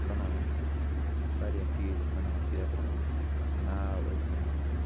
بناوان ٲسۍ أسۍ مطلب واریاہ چیٖز ٲسۍ بناوان پیپرَن ناو ٲسۍ بناوان